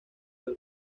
del